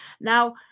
Now